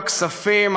הכספים,